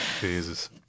Jesus